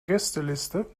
gästeliste